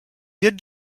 did